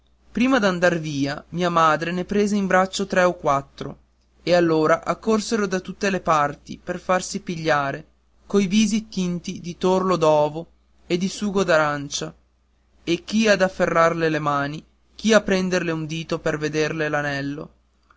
rialzare prima d'andar via mia madre ne prese in braccio tre o quattro e allora accorsero da tutte le parti per farsi pigliare coi visi tinti di torlo d'ovo e di sugo d'arancia e chi a afferrarle le mani chi a prenderle un dito per veder